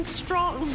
strong